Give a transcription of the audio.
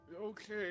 Okay